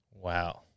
Wow